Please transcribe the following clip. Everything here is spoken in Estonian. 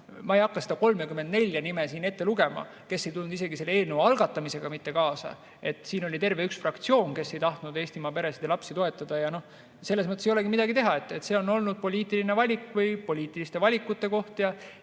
ma ei hakka seda 34 nime siin ette lugema, kes ei tulnud isegi selle eelnõu algatamisega kaasa. Siin oli terve üks fraktsioon, kes ei tahtnud Eestimaa peresid ja lapsi toetada. Selles mõttes ei olegi midagi teha, see on olnud poliitiline valik või poliitiliste valikute koht.